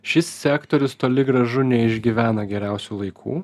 šis sektorius toli gražu neišgyvena geriausių laikų